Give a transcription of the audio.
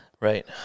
Right